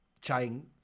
trying